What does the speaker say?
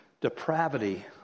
depravity